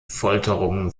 folterungen